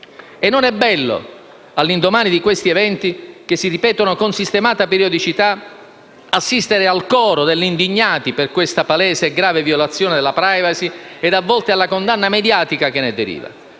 E non è bello, all'indomani di questi eventi che si ripetono con sistematica periodicità, assistere al coro degli indignati per la palese e grave violazione della *privacy* e, a volte, alla condanna mediatica che ne deriva;